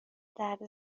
درد